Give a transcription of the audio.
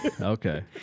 Okay